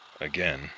again